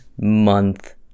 month